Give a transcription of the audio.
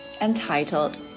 entitled